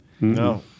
no